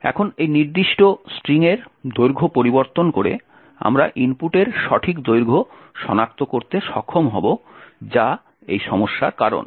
এখন এই নির্দিষ্ট স্ট্রিংয়ের দৈর্ঘ্য পরিবর্তন করে আমরা ইনপুটের সঠিক দৈর্ঘ্য সনাক্ত করতে সক্ষম হব যা এই সমস্যার কারণ